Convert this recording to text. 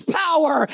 power